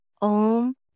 Om